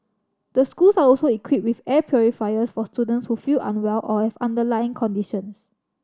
the schools are also equipped with air purifiers for students who feel unwell or have underlying conditions